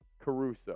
Caruso